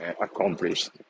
accomplished